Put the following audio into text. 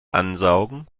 ansaugen